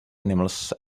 animals